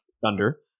thunder